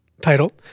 title